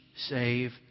save